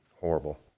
horrible